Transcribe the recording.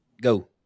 Go